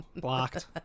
Blocked